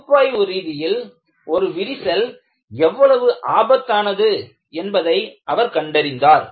பகுப்பாய்வு ரீதியில் ஒரு விரிசல் எவ்வளவு ஆபத்தானது என்பதை அவர் கண்டறிந்தார்